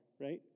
Right